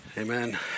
Amen